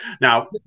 now